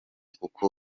kuko